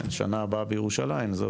"לשנה הבאה בירושלים" זו